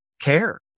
care